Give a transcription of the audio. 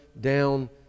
down